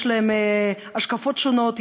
יש להם השקפות שונות,